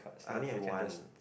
I only have one